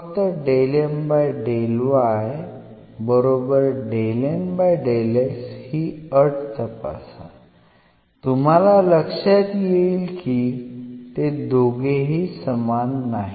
फक्त ही अट तपास तुम्हाला लक्षात येई की ते दोघेही सामान नाहीत